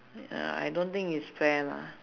uh I don't think is fair lah